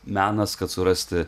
menas kad surasti